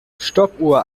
stoppuhr